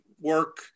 work